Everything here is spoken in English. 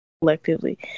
collectively